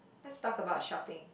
let's talk about shopping